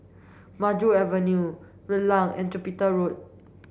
Maju Avenue Rulang and Jupiter Road